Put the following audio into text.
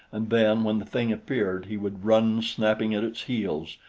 and then when the thing appeared, he would run snapping at its heels,